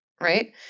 right